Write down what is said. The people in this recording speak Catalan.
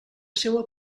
seua